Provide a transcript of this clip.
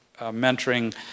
mentoring